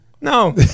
no